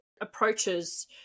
approaches